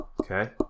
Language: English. Okay